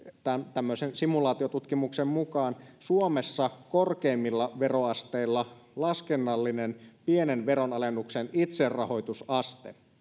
tämmöisen simulaatiotutkimuksen mukaan suomessa korkeimmilla veroasteilla laskennallinen pienen veronalennuksen itserahoitusaste